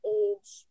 age